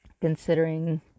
considering